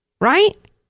Right